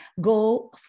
go